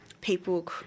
people